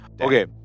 Okay